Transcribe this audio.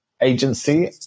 agency